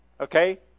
Okay